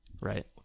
right